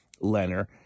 Leonard